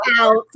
out